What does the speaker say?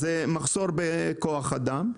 הם העלו את נושא המחסור בכוח האדם.